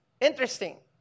Interesting